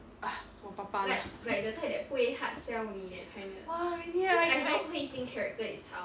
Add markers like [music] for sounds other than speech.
uh 我爸爸 lor [noise]